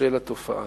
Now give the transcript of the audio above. של התופעה.